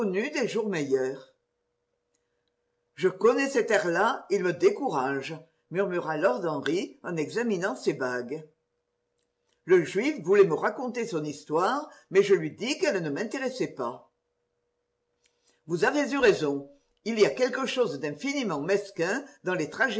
des jours meilleurs je connais cet air-là il me décourage murmura lord henry en examinant ses bagues le juif voulait me raconter son histoire mais je lui dis qu'elle ne m'intéressait pas vous avez eu raison il y a quelque chose d'infiniment mesquin dans les